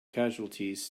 casualties